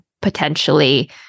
potentially